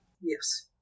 Yes